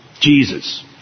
Jesus